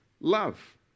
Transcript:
love